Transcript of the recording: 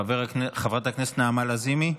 חברת הכנסת נעמה לזימי,